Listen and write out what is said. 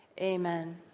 amen